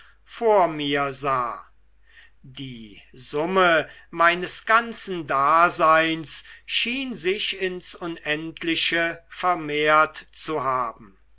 vor mir sah die summe meines ganzen daseins schien sich ins unendliche vermehrt zu haben